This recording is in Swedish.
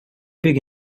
bygga